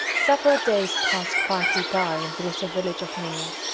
several days passed quietly by in the little village of meer.